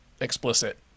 explicit